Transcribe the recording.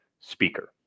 speaker